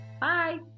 Bye